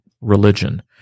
religion